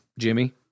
jimmy